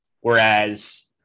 Whereas